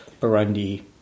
Burundi